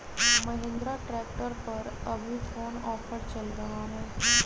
Mahindra tractor पर अभी कोन ऑफर चल रहा है?